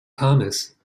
thomas